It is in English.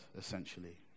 essentially